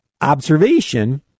Observation